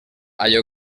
allò